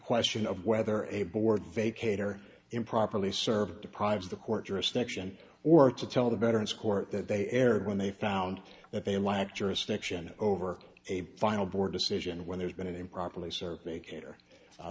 question of whether a board vacate or improperly served deprives the court's jurisdiction or to tell the veterans court that they erred when they found that they lacked jurisdiction over a final board decision when there's been an improperly survey kater